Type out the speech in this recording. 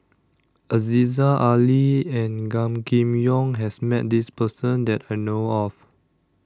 Aziza Ali and Gan Kim Yong has Met This Person that I know of